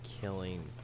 killing